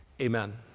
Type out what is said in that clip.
Amen